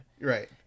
right